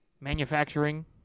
manufacturing